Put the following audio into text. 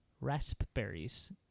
raspberries